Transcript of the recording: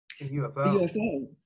UFO